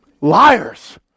Liars